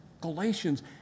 Galatians